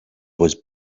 was